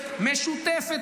אף אחד לא סירב.